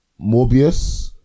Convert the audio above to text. Morbius